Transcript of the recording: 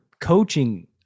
coaching